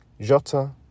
Jota